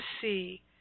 see